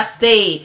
stay